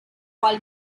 wal